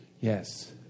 Yes